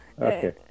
okay